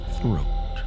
throat